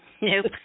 Nope